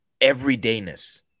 everydayness